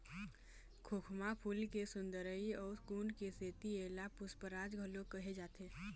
खोखमा फूल के सुंदरई अउ गुन के सेती एला पुस्पराज घलोक कहे जाथे